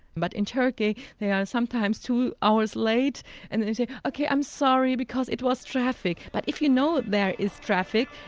but in turkey, they are sometimes two hours late and they say, ok, i'm sorry because it was traffic. but if you know there is traffic,